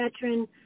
veteran